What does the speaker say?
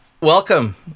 welcome